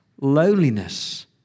loneliness